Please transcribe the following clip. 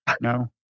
no